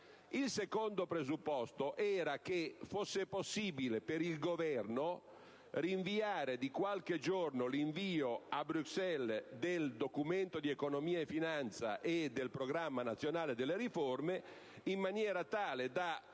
La seconda condizione era che fosse possibile per il Governo rinviare di qualche giorno l'invio a Bruxelles del Documento di economia e finanza e del Programma nazionale delle riforme in maniera tale da